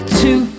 two